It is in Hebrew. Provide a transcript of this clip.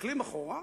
כשמסתכלים אחורה,